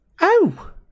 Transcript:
Oh